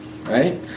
right